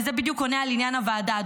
זה בדיוק עונה על עניין הוועדה,